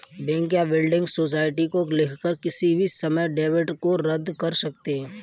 bank या building society को लिखकर किसी भी समय डेबिट को रद्द कर सकते हैं